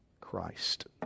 Christ